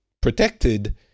protected